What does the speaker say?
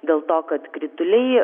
dėl to kad krituliai